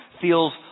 feels